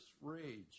rage